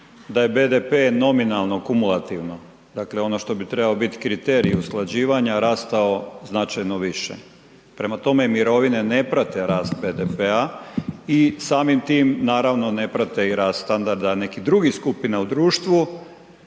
da je BDP nominalno, kumulativno dakle ono što bi trebao biti kriterij usklađivanja, rastao značajno više prema tome mirovine ne prate rast BDP-a i samim tim naravno ne prate i rast standarda nekih drugih skupina u društvu.